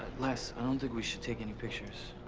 les. i don't think we should take any pictures.